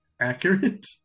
accurate